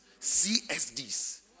CSDs